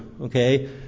Okay